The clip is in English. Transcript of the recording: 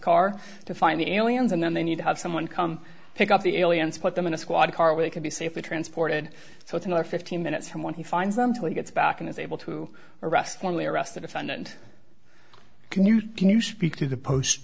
car to find the aliens and then they need to have someone come pick up the aliens put them in a squad car where they can be safely transported so it's another fifteen minutes from when he finds them till he gets back and is able to arrest formally arrested defendant can you can you speak to the post